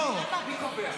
מי קובע?